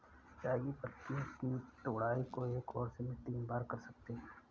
चाय की पत्तियों की तुड़ाई को एक वर्ष में तीन बार कर सकते है